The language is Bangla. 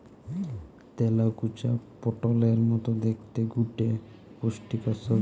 তেলাকুচা পটোলের মতো দ্যাখতে গটে পুষ্টিকর সবজি